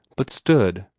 but stood,